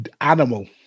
animal